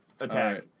attack